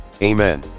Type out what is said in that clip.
Amen